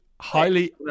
Highly